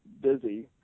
busy